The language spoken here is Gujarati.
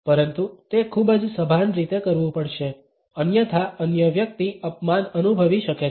પરંતુ તે ખૂબ જ સભાન રીતે કરવું પડશે અન્યથા અન્ય વ્યક્તિ અપમાન અનુભવી શકે છે